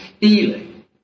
feeling